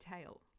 tail